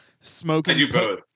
smoking